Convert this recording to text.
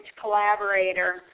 collaborator